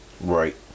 Right